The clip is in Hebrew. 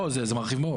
זה מרחיב מאוד.